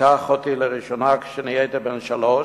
לראשונה כשנהייתי בן שלוש,